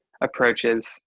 approaches